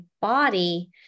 body